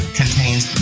contains